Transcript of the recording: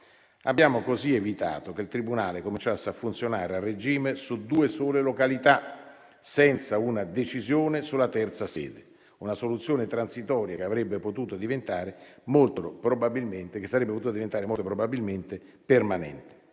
Abbiamo così evitato che il Tribunale cominciasse a funzionare a regime su due sole località, senza una decisione sulla terza sede, una soluzione transitoria che sarebbe potuta diventare, molto probabilmente, permanente.